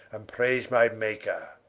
and praise my maker.